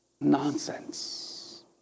Nonsense